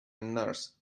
nurse